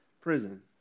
prison